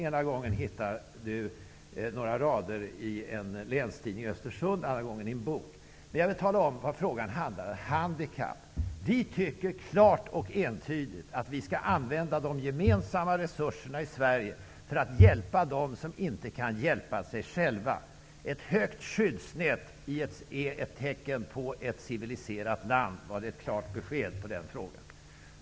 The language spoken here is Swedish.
Ena gången hittar han några rader i Länstidningen i Östersund, andra gången i en bok. Frågan handlade här om handikapp. Vi nydemokrater tycker klart och entydigt att de gemensamma resurserna i Sverige skall användas till att hjälpa dem som inte kan hjälpa sig själva -- ett högt skyddsnät är ett tecken på ett civiliserat land. Var det ett klart besked på den frågan?